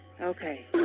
Okay